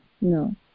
No